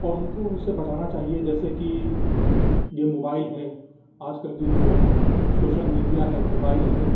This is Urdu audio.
اور اُن كو اُن سے بچانا چاہیے جیسے كہ یہ موبائل ہے آج کل کی جو شوشل میڈیا ہے موبائل ہے